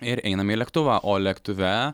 ir einame į lėktuvą o lėktuve